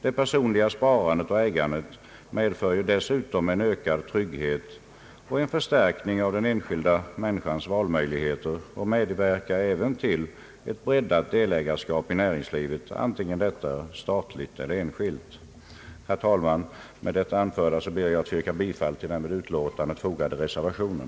Det personliga sparandet och ägandet medför dessutom en ökad trygghet och en förstärkning av den enskilda människans valmöjligheter, och det medverkar till ett breddat delägarskap i näringslivet, antingen detta är statligt eller enskilt. Herr talman! Med det anförda yrkar jag bifall till den vid utlåtandet fogade reservationen.